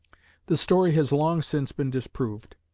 the story has long since been disproved.